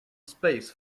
space